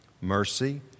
mercy